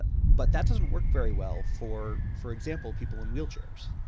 but that doesn't work very well for, for example, people in wheelchairs.